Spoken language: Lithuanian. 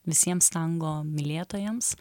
visiems tango mylėtojams